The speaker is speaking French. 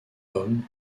hommes